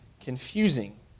confusing